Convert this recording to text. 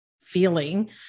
feeling